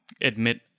admit